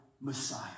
Messiah